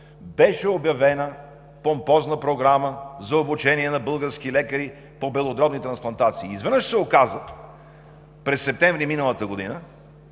беше обявена помпозна Програма за обучение на български лекари по белодробни трансплантации. Изведнъж се оказа през септември миналата година,